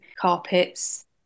carpets